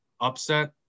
upset